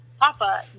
Papa